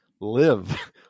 live